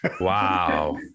Wow